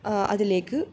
അതിലേക്ക്